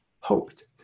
hoped